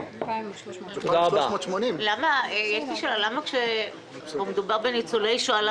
2380. יש לי שאלה: למה כשמדובר בניצולי שואה,